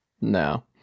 No